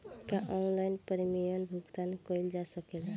का online premium भुगतान कईल जा सकेला?